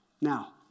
Now